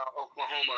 Oklahoma